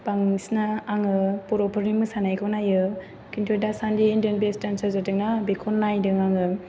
बांसिनै आङो बर'फोरनि मोसानायखौ नायो खिन्थु दासान्दि इण्डियान बेस्ट डानसार जादोंना बेखौ नायदों आङो